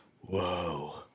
Whoa